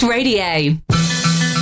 Radio